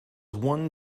one